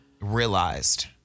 realized